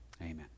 Amen